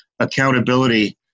accountability